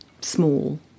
small